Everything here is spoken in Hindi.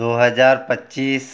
दो हज़ार पच्चीस